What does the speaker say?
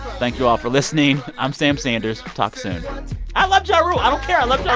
thank you all for listening. i'm sam sanders talk soon i love ja rule. i don't care. i love ja